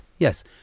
Yes